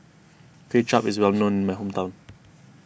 Kuay Chap is well known in my hometown